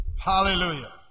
Hallelujah